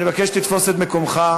אני מבקש שתתפוס את מקומך.